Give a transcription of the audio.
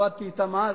עבדתי אתם אז,